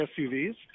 SUVs